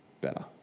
better